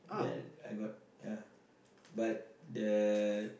the I got yeah but the